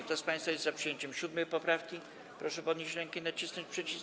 Kto z państwa jest za przyjęciem 7. poprawki, proszę podnieść rękę i nacisnąć przycisk.